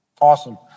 Awesome